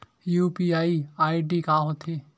UPI ID का होथे?